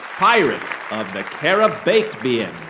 pirates of the cari-baked-bean.